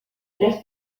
tres